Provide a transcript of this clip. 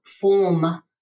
form